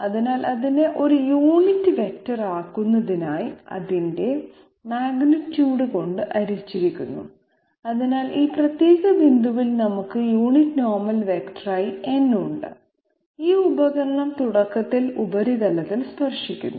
അതിനാൽ അതിനെ ഒരു യൂണിറ്റ് വെക്ടർ ആക്കുന്നതിനായി അതിന്റെ മാഗ്നിറ്റ്യൂഡ് കൊണ്ട് ഹരിച്ചിരിക്കുന്നു അതിനാൽ ഈ പ്രത്യേക ബിന്ദുവിൽ നമുക്ക് യൂണിറ്റ് നോർമൽ വെക്ടറായി n ഉണ്ട് ഈ ഉപകരണം തുടക്കത്തിൽ ഉപരിതലത്തിൽ സ്പർശിക്കുന്നു